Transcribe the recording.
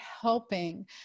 helping